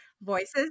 Voices